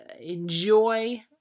enjoy